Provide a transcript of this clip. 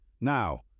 Now